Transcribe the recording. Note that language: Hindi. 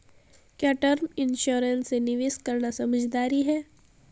क्या टर्म इंश्योरेंस में निवेश करना समझदारी है?